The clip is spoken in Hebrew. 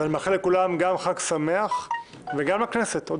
אז אני מאחל לכולם גם חג שמח וגם לכנסת עוד